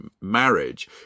marriage